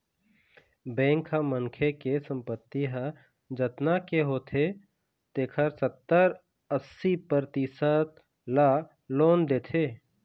bank ह मनखे के संपत्ति ह जतना के होथे तेखर सत्तर, अस्सी परतिसत ल लोन देथे